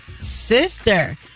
sister